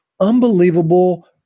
unbelievable